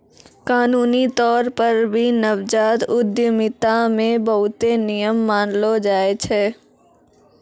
कानूनी तौर पर भी नवजात उद्यमिता मे बहुते नियम मानलो जाय छै